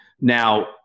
Now